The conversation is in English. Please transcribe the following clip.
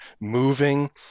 moving